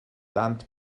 ddant